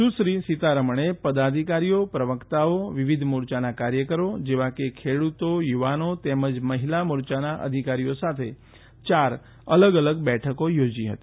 સુશ્રી સીતારામણે પદાધિકારીઓ પ્રવક્તાઓ વિવિધ મોરચાના કાર્યકરો જેવા કે ખેડૂતો યુવાનો તેમજ મહિલા મોર્યાના અધિકારીઓ સાથે ચાર અલગ અલગ બેઠકો યોજી હતી